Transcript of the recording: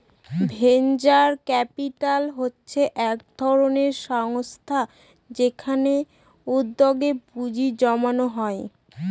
venture capital হচ্ছে এক ধরনের সংস্থা যেখানে উদ্যোগে পুঁজি জমানো হয়